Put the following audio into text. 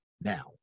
now